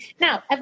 Now